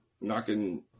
knocking –